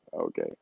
Okay